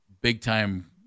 big-time